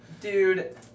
dude